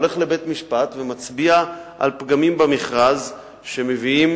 הוא הולך לבית-משפט ומצביע על פגמים במכרז שמביאים